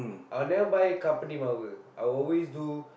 I will never buy company I will always do